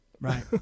right